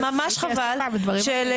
כי הייתי עסוקה בדברים אחרים.